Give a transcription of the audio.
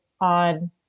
on